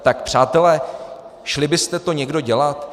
Tak přátelé, šli byste to někdo dělat?